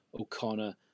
O'Connor